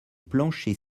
plancher